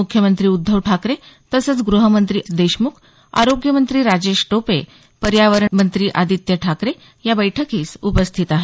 मुख्यमंत्री उद्धव ठाकरे तसंच ग्रहमंत्री देशमुख आरोग्यमंत्री राजेश टोपे पर्यावरण मंत्री आदित्य ठाकरे या बैठकीस उपस्थित आहेत